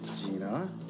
Gina